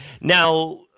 now